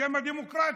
בשם הדמוקרטיה,